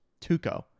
Tuco